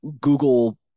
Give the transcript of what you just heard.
Google